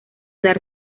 dar